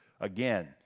Again